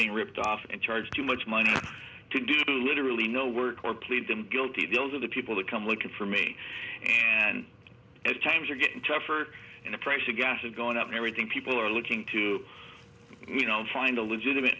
being ripped off and charge too much money to do to literally no work or plead them guilty those are the people that come looking for me and as times are getting tougher and the price of gas is going up and everything people are looking to find a legitimate